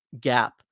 gap